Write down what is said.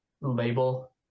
label